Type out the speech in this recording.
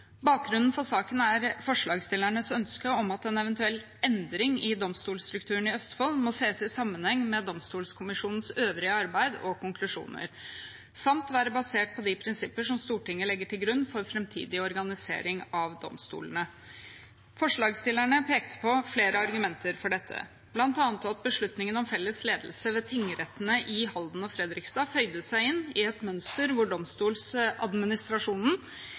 Bakgrunnen for saken er forslagsstillernes ønske om at en eventuell endring i domstolstrukturen i Østfold må ses i sammenheng med Domstolkommisjonens øvrige arbeid og konklusjoner samt være basert på de prinsipper som Stortinget legger til grunn for framtidig organisering av domstolene. Forslagsstillerne pekte på flere argumenter for dette, bl.a. at beslutningen om felles ledelse ved tingrettene i Halden og Fredrikstad føyde seg inn i et mønster hvor